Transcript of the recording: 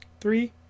three